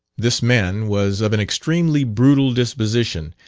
this man was of an extremely brutal disposition,